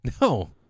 No